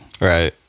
Right